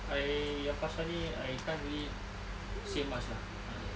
I yang pasal ni I can't really say much lah ah ya